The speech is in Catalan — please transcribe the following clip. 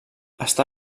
està